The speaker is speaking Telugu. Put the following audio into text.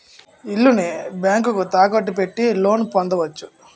ఇల్లుని బ్యాంకుకు తాకట్టు పెట్టి లోన్ పొందవచ్చు